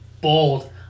Bold